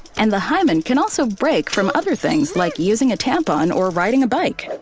and the hymen can also break from other things like using a tampon or riding a bike.